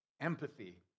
empathy